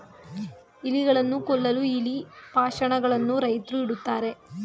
ಇಲಿಗಳನ್ನು ಕೊಲ್ಲಲು ಇಲಿ ಪಾಷಾಣ ಗಳನ್ನು ರೈತ್ರು ಇಡುತ್ತಾರೆ